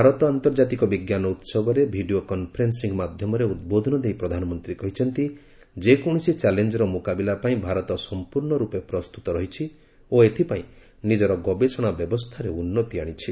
ଭାରତ ଆନ୍ତର୍ଜାତିକ ବିଜ୍ଞାନ ଉସବରେ ଭିଡ଼ିଓ କନ୍ଫରେନ୍ଦିଂ ମାଧ୍ୟମରେ ଉଦ୍ବୋଧନ ଦେଇ ପ୍ରଧାନମନ୍ତ୍ରୀ କହିଛନ୍ତି ଯେକୌଣସି ଚ୍ୟାଲେଞ୍ଜର ମୁକାବିଲା ପାଇଁ ଭାରତ ସମ୍ପୂର୍ଣ୍ଣ ରୂପେ ପ୍ରସ୍ତୁତ ରହିଛି ଓ ଏଥିପାଇଁ ନିଜର ଗବେଷଣା ବ୍ୟବସ୍ଥାରେ ଉନ୍ନତି ଆଣିଛି